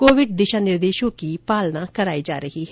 Covid दिशा निर्देशों की पालना करवाई जा रही है